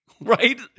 right